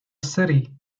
city